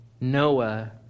Noah